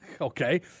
Okay